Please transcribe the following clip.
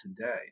today